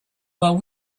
while